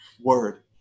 word